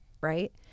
right